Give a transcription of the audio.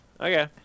okay